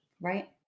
right